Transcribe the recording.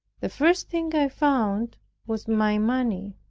the first thing i found was my money.